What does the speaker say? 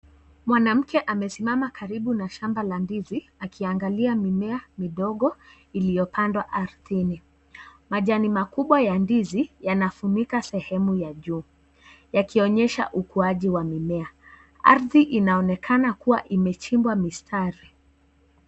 Mwanamke amesimama karibu na shamba la ndizi akiangalia mimea midogo iliyopandwa ardhini. Majani makubwa ya ndizi yanafunika sehemu ya juu yakionyesha ukuaji wa mimea. Ardhi inaonekana kuwa imechimbwa mistari.